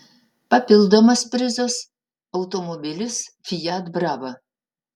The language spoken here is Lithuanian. papildomas prizas automobilis fiat brava